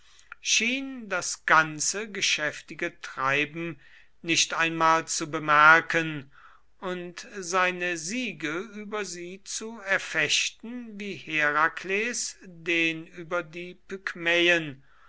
schien das ganze geschäftige treiben nicht einmal zu bemerken und seine siege über sie zu erfechten wie herakles den über die